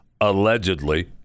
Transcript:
allegedly